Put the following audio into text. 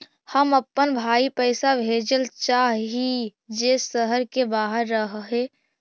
हम अपन भाई पैसा भेजल चाह हीं जे शहर के बाहर रह हे